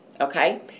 Okay